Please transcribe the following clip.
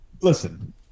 Listen